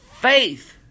faith